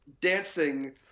dancing